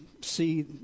see